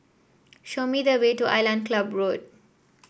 show me the way to Island Club Road